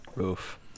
Oof